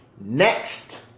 next